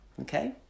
Okay